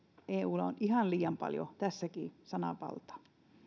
eulla on ihan liian paljon tässäkin sananvaltaa